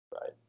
Right